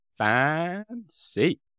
Fancy